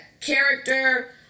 character